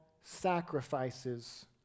sacrifices